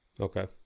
Okay